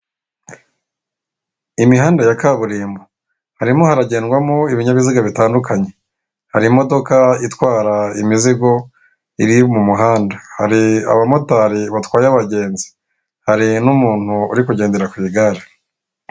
Imihanda ya kaburimbo. Harimo haragendwamo ibinyabiziga bitandukanye, hari imodoka itwara imizigo iri mu muhanda, hari abamotari batwaye abagenzi, hari n'umuntu uri kugendera ku igare.